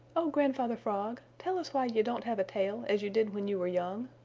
oh grandfather frog, tell us why you don't have a tail as you did when you were young,